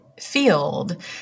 field